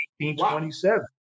1827